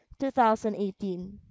2018